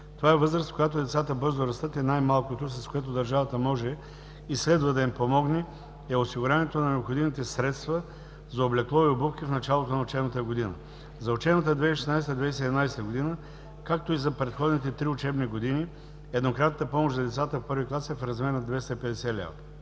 Това е възраст, в която децата бързо растат и най-малкото, с което държавата може и следва да им помогне, е осигуряването на необходимите средства за облекло и обувки в началото на учебната година. За учебната 2016 – 2017 г., както и за предходните три учебни години, еднократната помощ за децата в първи клас е в размер на 250 лв.